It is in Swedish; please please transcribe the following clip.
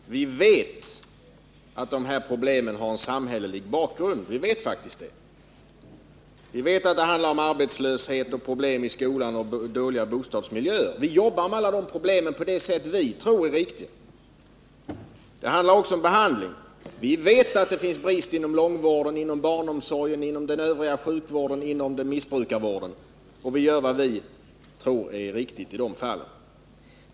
Herr talman! Ja, vi vet, Jörn Svensson, att dessa problem har en samhällelig bakgrund. Vi känner till att det handlar om arbetslöshet, problem i skolan och dåliga bostadsmiljöer. Vi jobbar alla med dessa problem på det sätt som vi tror är riktigt. Det är också en fråga om behandling. Vi vet att det finns brister inom barnomsorgen, inom långvården, inom den övriga sjukvården och inom missbrukarvården, och vi gör vad vi tror är riktigt i de avseendena.